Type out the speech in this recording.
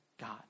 God